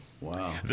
Wow